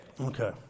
Okay